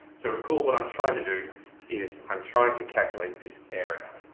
so recall what i'm trying to do is, i'm trying to calculate this area